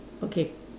okay